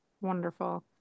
Wonderful